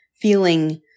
feeling